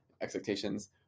expectations